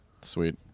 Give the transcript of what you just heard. Sweet